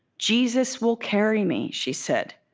jesus will carry me, she said.